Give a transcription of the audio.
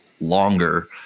longer